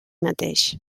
mateix